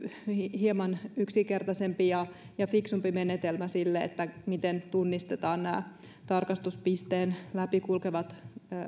hieman yksinkertaisempi ja ja fiksumpi menetelmä sille miten tunnistetaan nämä tarkastuspisteen läpi kulkevat